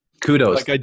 kudos